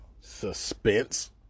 suspense